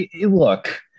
Look